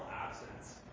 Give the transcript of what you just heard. absence